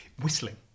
whistling